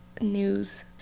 news